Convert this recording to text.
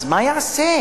אז מה הוא יעשה?